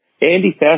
Andy